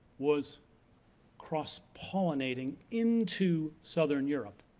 was cross pollinating into southern europe.